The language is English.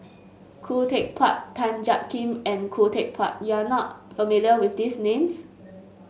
Khoo Teck Puat Tan Jiak Kim and Khoo Teck Puat you are not familiar with these names